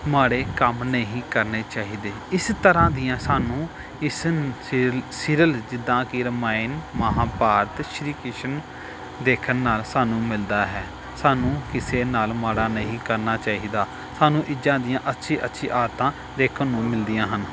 ਮਾੜੇ ਕੰਮ ਨਹੀਂ ਕਰਨੇ ਚਾਹੀਦੇ ਇਸ ਤਰ੍ਹਾਂ ਦੀਆਂ ਸਾਨੂੰ ਇਸ ਸੀਰਲ ਸੀਰੀਅਲ ਜਿੱਦਾਂ ਕਿ ਰਮਾਇਣ ਮਹਾਂਭਾਰਤ ਸ਼੍ਰੀ ਕ੍ਰਿਸ਼ਨ ਦੇਖਣ ਨਾਲ ਸਾਨੂੰ ਮਿਲਦਾ ਹੈ ਸਾਨੂੰ ਕਿਸੇ ਨਾਲ ਮਾੜਾ ਨਹੀਂ ਕਰਨਾ ਚਾਹੀਦਾ ਸਾਨੂੰ ਇੱਦਾਂ ਦੀਆਂ ਅੱਛੀ ਅੱਛੀ ਆਦਤਾਂ ਦੇਖਣ ਨੂੰ ਮਿਲਦੀਆਂ ਹਨ